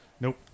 Nope